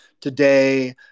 today